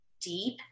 deep